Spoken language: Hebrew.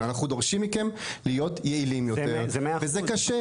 דורשים מכם להיות יעילים יותר וזה קשה,